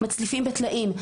מצליפים בטלאים,